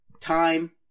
time